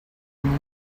amb